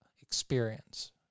experience